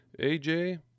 AJ